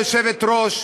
כבוד היושבת-ראש,